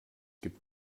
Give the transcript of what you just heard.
gibt